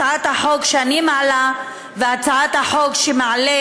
הצעת החוק שאני מעלה והצעת החוק שמעלה